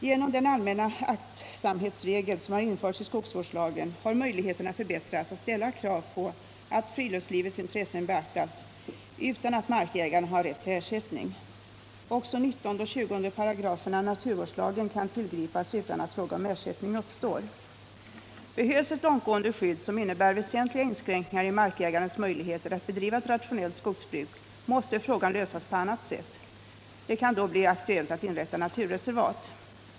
Genom den allmänna aktsamhetsregel som har införts i skogsvårdslagen har möjligheterna förbättrats att ställa krav på att friluftslivets intressen beaktas utan att markägaren har rätt till ersättning. Också 19 och 205§ naturvårdslagen kan tillgripas utan att fråga om ersättning uppstår. Behövs ett långtgående skydd, som innebär väsentliga inskränkningar i markägarens möjligheter att bedriva ett rationellt skogsbruk, måste frågan lösas på annat sätt. Det kan då bli aktuellt att inrätta naturreservat.